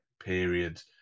period